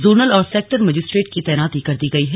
zonal और sector magistrate की तैनाती कर दी गई है